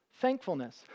thankfulness